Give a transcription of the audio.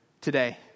today